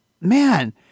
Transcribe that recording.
man